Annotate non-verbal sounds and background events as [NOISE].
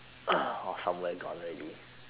uh [COUGHS] or somewhere gone already